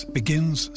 begins